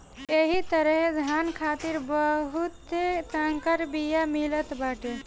एही तरहे धान खातिर भी बहुते संकर बिया मिलत बाटे